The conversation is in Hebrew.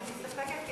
אני מסתפקת,